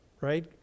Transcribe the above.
right